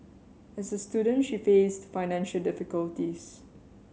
as a student she faced financial difficulties